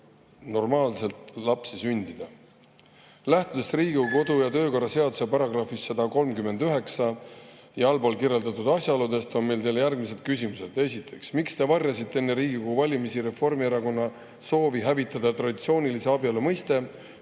normaalselt lapsi sündida. Lähtudes Riigikogu kodu- ja töökorra seaduse §-st 139 ja eelkirjeldatud asjaoludest, on meil teile järgmised küsimused. Esiteks, miks te varjasite enne Riigikogu valimisi Reformierakonna soovi hävitada traditsioonilise abielu mõiste?